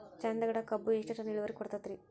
ಚಂದಗಡ ಕಬ್ಬು ಎಷ್ಟ ಟನ್ ಇಳುವರಿ ಕೊಡತೇತ್ರಿ?